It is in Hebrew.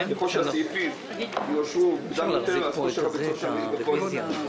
ככל שהסעיפים יאושרו מוקדם יותר כושר הביצוע יהיה טוב.